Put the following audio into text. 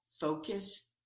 Focus